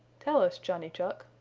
tell us, johnny chuck,